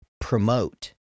promote